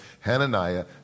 Hananiah